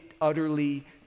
utterly